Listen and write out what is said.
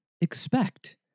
expect